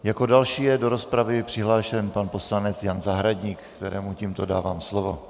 Jako další je do rozpravy přihlášen pan poslanec Jan Zahradník, kterému tímto dávám slovo.